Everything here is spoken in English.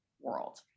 world